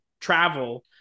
travel